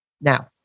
Now